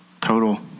total